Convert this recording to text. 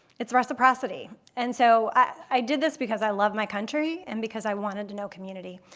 it's reciprocity. and so i did this because i love my country and because i wanted to know community.